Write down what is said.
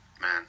Man